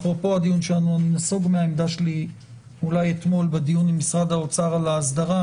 אני נסוג מהעמדה שלי אתמול בדיון עם משרד האוצר על ההסדרה